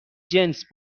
جنس